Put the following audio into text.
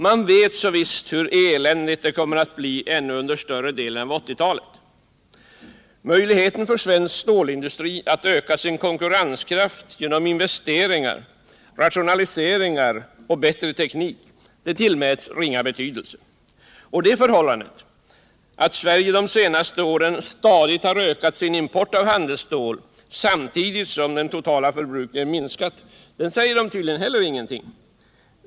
Man vet så visst hur eländigt det kommer att bli ännu under större delen av 1980-talet. Möjligheten för svensk stålindustri att öka sin konkurrenskraft genom investeringar, rationaliseringar och bättre teknik tillmäts ingen betydelse. Det förhållandet att Sverige de senaste åren stadigt ökat sin import av handelsstål samtidigt som den totala förbrukningen minskat säger dem tydligen heller ingenting.